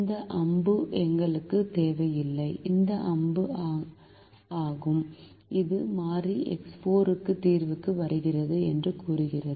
இந்த அம்பு எங்களுக்குத் தேவையில்லை இது அம்பு ஆகும் இது மாறி X4 தீர்வுக்கு வருகிறது என்று கூறுகிறது